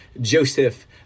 Joseph